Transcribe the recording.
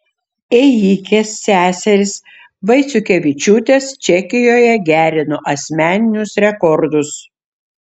ėjikės seserys vaiciukevičiūtės čekijoje gerino asmeninius rekordus